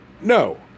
No